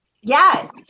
Yes